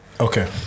Okay